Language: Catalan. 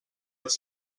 els